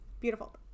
beautiful